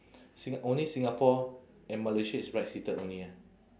singa~ only singapore and malaysia is right seated only ah